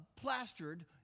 plastered